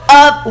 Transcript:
up